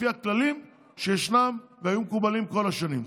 לפי הכללים שישנם והיו מקובלים כל השנים.